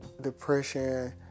depression